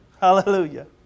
hallelujah